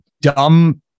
dumb